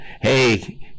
Hey